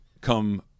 come